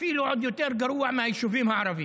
זה אפילו עוד יותר גרוע מהיישובים הערבים.